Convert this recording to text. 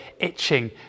itching